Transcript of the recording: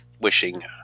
wishing